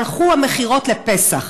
הלכו המכירות לפסח.